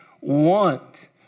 want